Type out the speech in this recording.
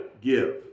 give